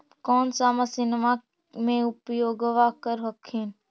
कौन सा मसिन्मा मे उपयोग्बा कर हखिन?